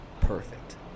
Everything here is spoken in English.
Perfect